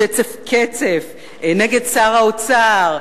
השצף-קצף נגד שר האוצר,